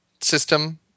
system